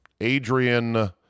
Adrian